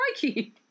crikey